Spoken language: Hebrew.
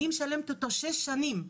אני משלמת אותו שש שנים,